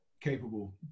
capable